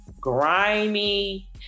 grimy